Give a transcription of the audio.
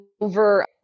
over